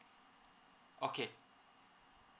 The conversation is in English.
okay